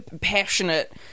passionate